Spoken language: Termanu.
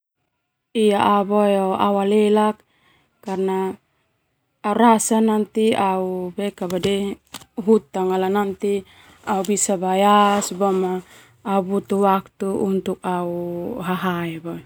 Au boe au alelak au rasa au rasa nanti hutang boe au bisa bae au butuh waktu untuk au hahae.